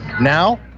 Now